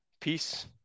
Peace